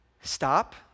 Stop